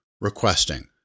requesting